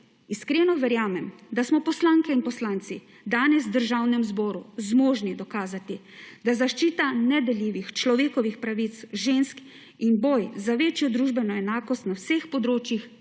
Iskreno verjamem, da smo poslanke in poslanci danes v Državnem zboru zmožni dokazati, da zaščita ne deljivih človekovih pravic žensk in boj za večjo družbeno enakost na vseh področjih